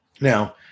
now